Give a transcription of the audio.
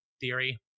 theory